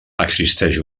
existeix